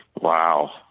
Wow